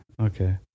okay